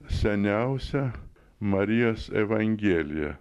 seniausia marijos evangelija